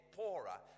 poorer